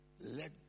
let